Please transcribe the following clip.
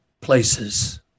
places